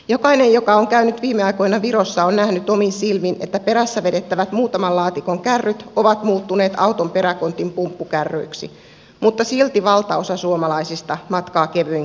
jokainen joka on käynyt viime aikoina virossa on nähnyt omin silmin että perässä vedettävät muutaman laatikon kärryt ovat muuttuneet auton peräkontin pumppukärryiksi mutta silti valtaosa suomalaisista matkaa kevyin kantamuksin